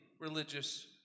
religious